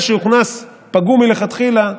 מה שהוכנס פגום מלכתחילה,